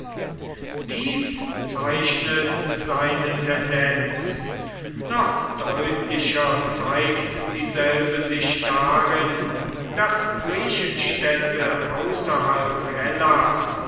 dies zeichnet seine tendenz noch deutlicher zeigt dieselbe sich darin daß griechenstädten außerhalb hellas